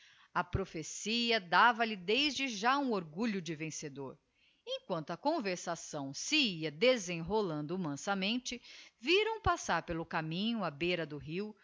a prophecia dava-lhe desde já um orgulho de vencedor emquanto a conversação se ia desenrolando mansamente viram passar pelo caminho á beira do rio